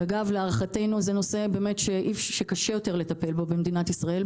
שלהערכתנו קשה יותר לטפל בו במדינת ישראל,